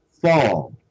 fall